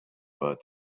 but